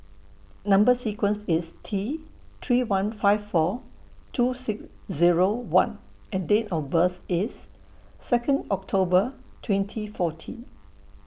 Number sequence IS T three one five four two six Zero one and Date of birth IS Second October twenty fourteen